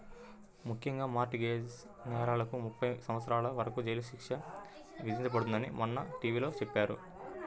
ముఖ్యంగా mortgage నేరాలకు ముప్పై సంవత్సరాల వరకు జైలు శిక్ష విధించబడుతుందని మొన్న టీ.వీ లో చెప్పారు